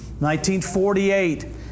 1948